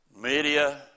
media